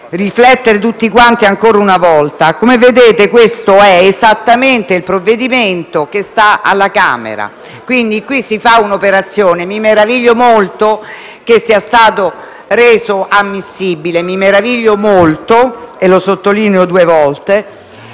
riflettere tutti ancora una volta: come vedete, questo è esattamente il provvedimento che sta alla Camera. Mi meraviglio molto che sia stato reso ammissibile; mi meraviglio molto - e lo sottolineo due volte